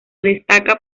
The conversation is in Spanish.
destaca